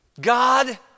God